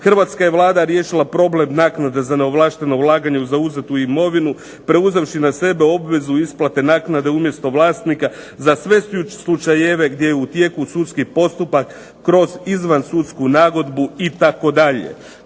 Hrvatska je vlada riješila problem naknade za neovlašteno ulaganje u zauzetu imovinu preuzevši na sebe obvezu isplate naknade umjesto vlasnika za sve slučajeve gdje je u tijeku sudski postupak kroz izvansudsku nagodbu itd.